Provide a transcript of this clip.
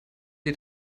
sie